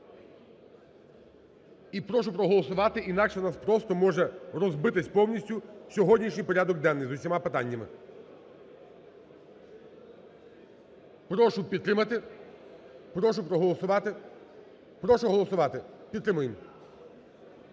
і прошу проголосувати, інакше у нас може просто розбитись повністю сьогоднішній порядок денного з усіма питаннями. Прошу підтримати, прошу проголосувати. Прошу голосувати, підтримуємо.